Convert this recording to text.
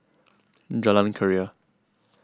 Jalan Keria